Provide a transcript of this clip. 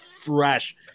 fresh